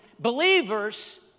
Believers